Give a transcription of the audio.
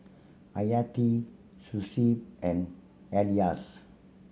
Hayati Shuib and Elyas